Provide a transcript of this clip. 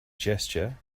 gesture